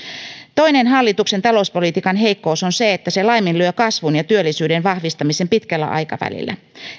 toinen hallituksen talouspolitiikan heikkous on se että se laiminlyö kasvun ja työllisyyden vahvistamisen pitkällä aikavälillä